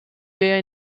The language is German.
wir